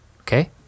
Okay